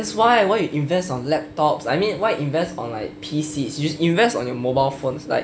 that's why why you invest on laptops I mean why invest on like P_C you should invest on your mobile phones like